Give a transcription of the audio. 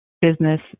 business